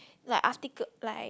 like article like